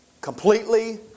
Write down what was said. Completely